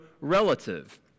relative